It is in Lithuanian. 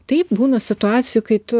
taip būna situacijų kai tu